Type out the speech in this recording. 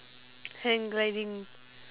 hang gliding